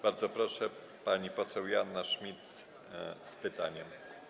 Bardzo proszę, pani poseł Joanna Schmidt z pytaniem.